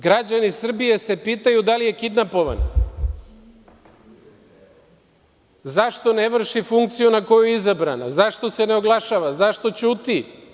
Građani Srbije se pitaju - da li je kidnapovana, zašto ne vrši funkciju na koju je izabrana, zašto se ne oglašava, zašto ćuti?